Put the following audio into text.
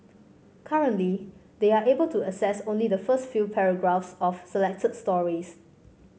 currently they are able to access only the first few paragraphs of selected stories